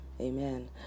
Amen